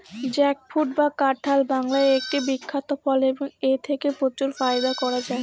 jackfruit বা কাঁঠাল বাংলার একটি বিখ্যাত ফল এবং এথেকে প্রচুর ফায়দা করা য়ায়